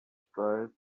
tried